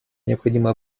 необходимо